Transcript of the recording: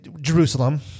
Jerusalem